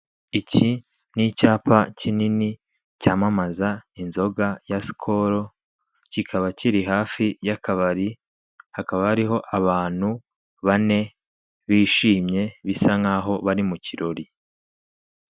Iki ni icyapa kinini cyamamaza inzoga ya sikolo kikaba kiri hafi y'akabari hakaba hariho abantu bane bishimye bisa nkaho bari mu kirori.